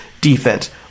defense